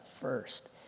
first